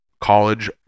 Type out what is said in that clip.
College